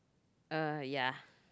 uh ya